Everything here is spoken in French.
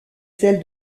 celle